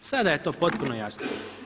Sada je to potpuno jasno.